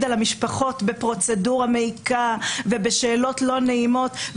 על המשפחות בפרוצדורה מעיקה ובשאלות לא נעימות.